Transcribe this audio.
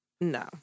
No